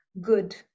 good